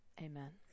amen